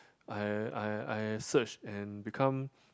I I I search and become